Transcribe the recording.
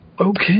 Okay